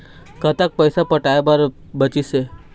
कतक पैसा पटाए बर बचीस हे?